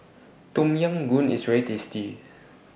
Tom Yam Goong IS very tasty